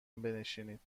بنشینید